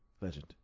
Legend